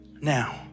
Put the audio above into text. Now